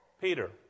Peter